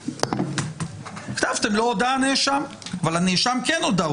אלא כתבתם לא הודה הנאשם אבל הנאשם כן הודה.